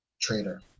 traitor